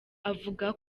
avuga